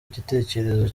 igitekerezo